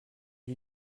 lui